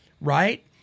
right